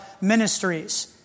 ministries